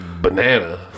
banana